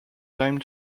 time